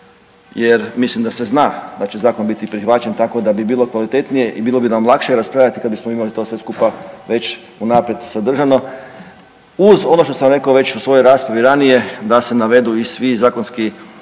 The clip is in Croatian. jer mislim da se zna da će zakon biti prihvaćen tako da bi bilo kvalitetnije i bilo bi nam lakše raspravljat kad bismo imali to sve skupa već unaprijed sadržano uz ono što sam rekao već u svojoj raspravi ranije da se navedu i svi zakonski